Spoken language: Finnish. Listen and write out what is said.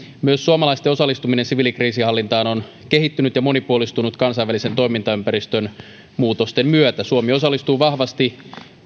myös suomalaisten osallistuminen siviilikriisinhallintaan on kehittynyt ja monipuolistunut kansainvälisen toimintaympäristön muutosten myötä suomi osallistuu vahvasti